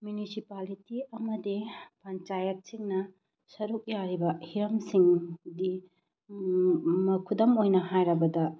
municipality ꯑꯃꯗꯤ ꯄꯟꯆꯥꯌꯠꯁꯤꯡꯅ ꯁꯔꯨꯛ ꯌꯥꯔꯤꯕ ꯍꯤꯔꯝꯁꯤꯡꯗꯤ ꯈꯨꯗꯝ ꯑꯣꯏꯅ ꯍꯥꯏꯔꯕꯗ